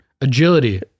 Agility